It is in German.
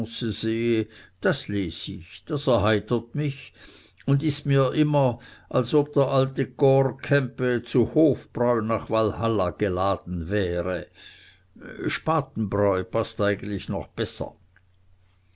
das les ich das erheitert mich und ist mir immer als ob der alte korpskämpe zu hofbräu nach walhalla geladen wäre spatenbräu paßt eigentlich noch besser